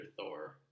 Thor